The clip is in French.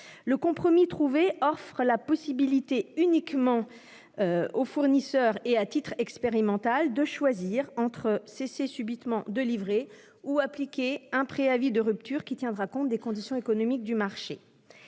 Le compromis trouvé permet seulement au fournisseur, à titre expérimental, de choisir entre cesser subitement de livrer ou appliquer un préavis de rupture qui tiendra compte des conditions économiques du marché.